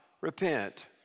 Repent